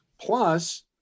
Plus